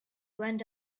went